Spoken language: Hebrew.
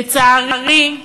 לצערי,